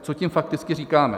Co tím fakticky říkáme?